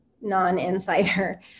non-insider